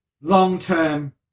long-term